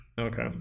okay